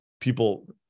People